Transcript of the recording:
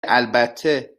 البته